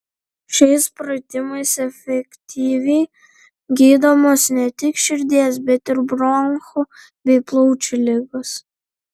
šiais pratimais efektyviai gydomos ne tik širdies bet ir bronchų bei plaučių ligos